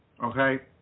Okay